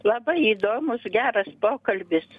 labai įdomus geras pokalbis